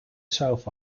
south